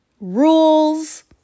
rules